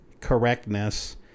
correctness